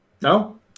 No